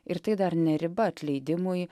ir tai dar ne riba atleidimui